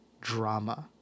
drama